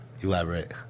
Elaborate